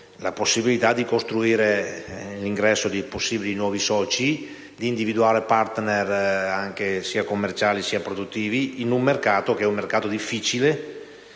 la possibilità di costruire l'ingresso di possibili nuovi soci, di individuare *partner* sia commerciali, sia produttivi, in un mercato che è difficile,